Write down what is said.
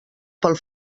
pel